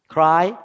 Cry